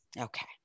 okay